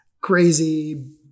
crazy